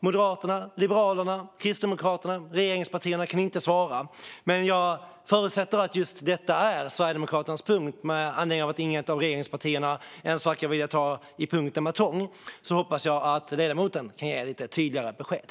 Moderaterna, Liberalerna och Kristdemokraterna - regeringspartierna - kan inte svara. Men jag förutsätter att just detta är Sverigedemokraternas punkt, eftersom inget av regeringspartierna ens verkar vilja ta i den med tång. Då hoppas jag att ledamoten kan ge lite tydligare besked.